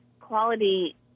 quality